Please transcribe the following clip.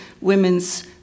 women's